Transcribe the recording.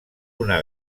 una